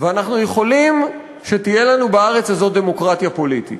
ואנחנו יכולים שתהיה לנו בארץ הזאת דמוקרטיה פוליטית,